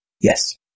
yes